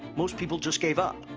most people just gave up.